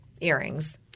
earrings